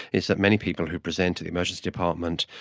is that many people who present to the emergency department,